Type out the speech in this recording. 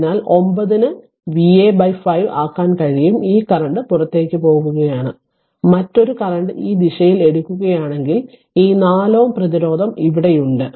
അതിനാൽ 9 ന് Va 5 ആക്കാൻ കഴിയും ഈ കറന്റ് പുറത്തേക്കു പോകുകയാണ് മറ്റൊരു കറന്റ് ഈ ദിശയിൽ എടുക്കുകയാണെങ്കിൽ ഈ 4 Ω പ്രതിരോധം ഇവിടെയുണ്ട്